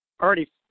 already